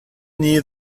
near